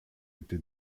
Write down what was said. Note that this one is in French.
été